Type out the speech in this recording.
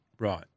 Right